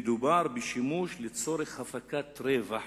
מדובר בשימוש לצורך הפקת רווח